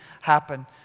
happen